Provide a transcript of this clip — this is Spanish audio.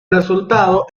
resultado